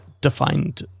defined